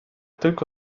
tylko